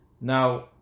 Now